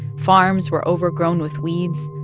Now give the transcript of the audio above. farms were overgrown with weeds.